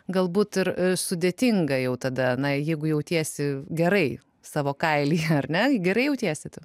galbūt ir sudėtinga jau tada na jeigu jautiesi gerai savo kailyje ar ne gerai jautiesi tu